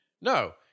No